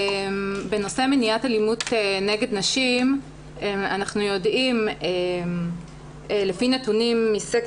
בנושא מניעת אלימות נגד נשים אנחנו יודעים לפי נתונים מסקר